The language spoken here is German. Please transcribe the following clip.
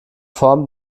form